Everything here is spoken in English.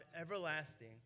everlasting